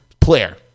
player